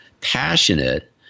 passionate